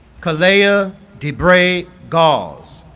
kalayaih ah de' brae gause